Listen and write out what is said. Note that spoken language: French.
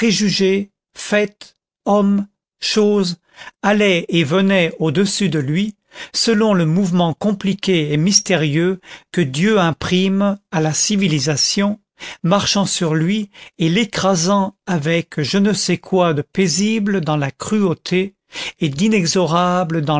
préjugés faits hommes choses allait et venait au-dessus de lui selon le mouvement compliqué et mystérieux que dieu imprime à la civilisation marchant sur lui et l'écrasant avec je ne sais quoi de paisible dans la cruauté et